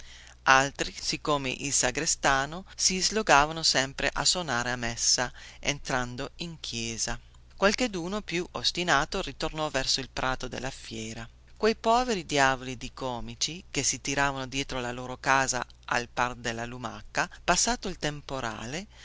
altri siccome il sagrestano si slogava sempre a sonare a messa entrarono in chiesa qualcheduno più ostinato ritornò verso il prato della fiera quei poveri diavoli di comici che si tiravano dietro la loro casa al par della lumaca passato il temporale